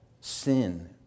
sin